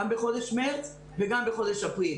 גם בחודש מרץ וגם בחודש אפריל.